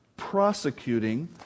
prosecuting